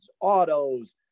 autos